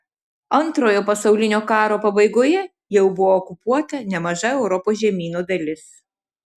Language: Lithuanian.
antrojo pasaulinio karo pabaigoje jau buvo okupuota nemaža europos žemyno dalis